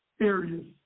areas